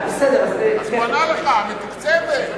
אז הוא ענה לך, המתוקצבת.